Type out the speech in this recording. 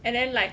and then like